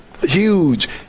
huge